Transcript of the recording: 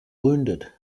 wounded